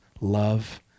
love